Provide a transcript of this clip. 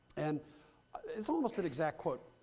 and it's almost an exact quote,